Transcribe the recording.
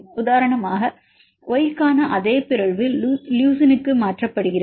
உதாரணமாக Y க்கான அதே பிறழ்வு லுசினுக்கு மாற்றப்படுகிறது